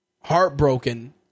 heartbroken